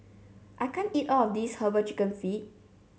I can't eat all of this herbal chicken feet